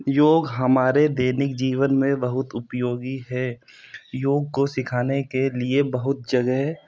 योग हमारे दैनिक जीवन मे बहुत उपयोगी है योग को सीखाने के लिए बहुत जगह